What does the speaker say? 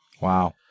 Wow